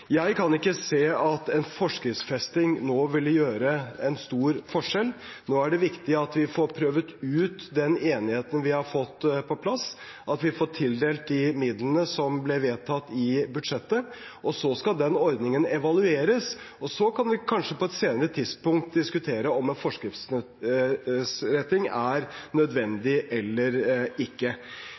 Jeg kan ikke se at en forskriftsfesting nå ville gjøre en stor forskjell. Nå er det viktig at vi får prøvd ut den enigheten vi har fått på plass, og at vi får tildelt de midlene som ble vedtatt i budsjettet. Den ordningen skal evalueres, og så kan vi kanskje på et senere tidspunkt diskutere om en forskriftsfesting er nødvendig eller ikke.